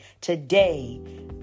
Today